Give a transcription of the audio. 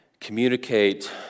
communicate